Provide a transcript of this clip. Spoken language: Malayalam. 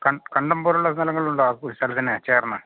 കണ്ടം പോലുള്ള സ്ഥലങ്ങളുണ്ടോ സ്ഥലത്തിന് ചേർന്ന്